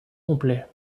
complet